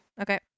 Okay